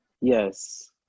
Yes